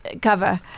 cover